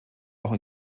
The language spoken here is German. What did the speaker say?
auch